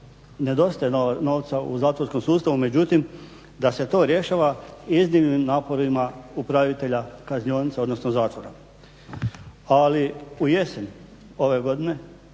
nedostaje novca u zatvorskom sustavu međutim da se to rješava iznimnim naporima upravitelja kaznionica odnosno zatvora. Ali u jesen ove godine